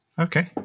Okay